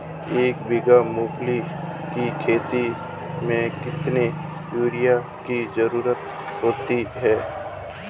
एक बीघा मूंगफली की खेती में कितनी यूरिया की ज़रुरत होती है?